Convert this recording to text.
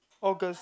August